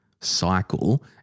cycle